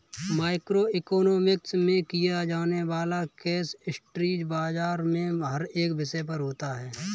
micro economics में किया जाने वाला केस स्टडी बाजार के हर एक विषय पर होता है